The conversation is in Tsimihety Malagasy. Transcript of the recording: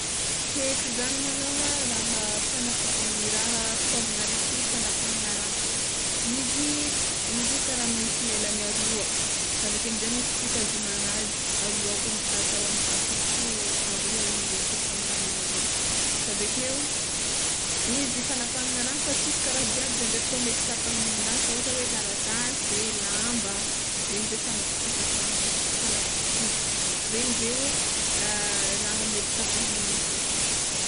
Hety malôha raha fanapa- raha fitaovagna raiky fagnapahagna raha, izy izy kara misy lelany aroa aveke amizay misy fitazomagna azy aroa koa atao amy atsofoko aroa izy atsofoko amy tagnagna aroa, avekeo izy fagnapahagna raha fa tsy izy kara jiaby zay ndray koa mety tapahigny aminazy, fa ohatra hoe taratasy, lamba, regny zao fana- fitapahan- fagna- fi- regny zeo raha mety tapahagny aminazy.